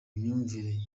myumvire